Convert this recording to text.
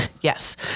Yes